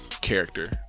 character